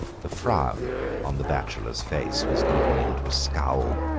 the frown on the bachelor's face was deepening to a scowl.